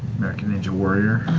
american ninja warrior.